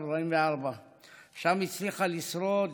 ושם הצליחה לשרוד